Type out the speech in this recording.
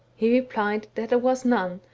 he replied that there was none,